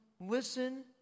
listen